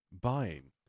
buying